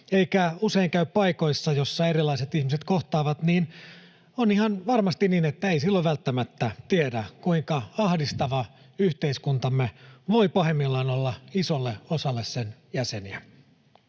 eikä usein käy paikoissa, joissa erilaiset ihmiset kohtaavat, on ihan varmasti niin, että ei silloin välttämättä tiedä, kuinka ahdistava yhteiskuntamme voi pahimmillaan olla isolle osalle sen jäseniä.